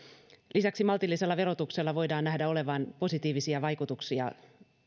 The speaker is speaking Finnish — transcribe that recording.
lisäksi maltillisella verotuksella voidaan nähdä olevan positiivisia vaikutuksia